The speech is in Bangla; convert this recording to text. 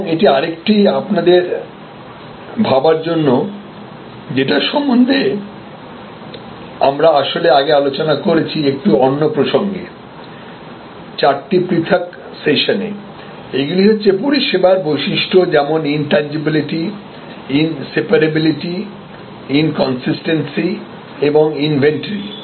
এবং এটি আরেকটা আপনাদের ভাবার জন্য যেটা সম্বন্ধে আমরা আসলে আগে আলোচনা করেছি একটু অন্য প্রসঙ্গে চারটি পৃথক সেশানে এগুলি হচ্ছে পরিষেবার বৈশিষ্ট্য যেমন ইনট্যানজিবিলিটি ইন্সেপারাবিলিটি ইনকনসিস্টেনসি এবং ইনভেন্টরি